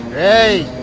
a